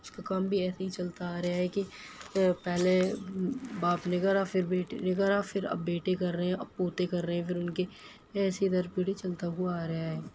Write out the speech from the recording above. اس کا کام بھی ایسے ہی چلتا آ رہا ہے کہ پہلے باپ نے کرا پھر بیٹے نے کرا پھر اب بیٹے کر رہے ہیں اب پوتے کر رہے ہیں پھر ان کے ایسے ہی در پیڑھی چلتا ہوا آ رہا ہے